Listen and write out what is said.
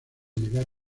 llegar